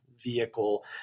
Vehicle